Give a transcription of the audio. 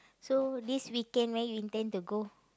so this weekend where you intend to go